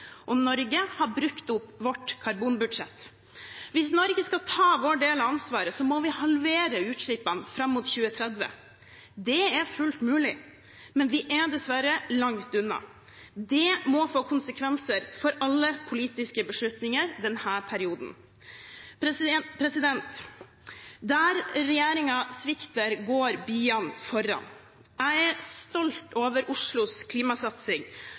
andre. Norge har brukt opp sitt karbonbudsjett. Hvis Norge skal ta sin del av ansvaret, må vi halvere utslippene fram mot 2030. Det er fullt mulig, men vi er dessverre langt unna. Det må få konsekvenser for alle politiske beslutninger i denne perioden. Der regjeringen svikter, går byene foran. Jeg er stolt over Oslos klimasatsing.